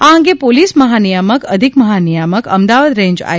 આ અંગે પોલીસ મહાનિયામક અધિક મહાનિયામક અમદાવાદ રેન્જ આઇ